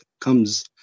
comes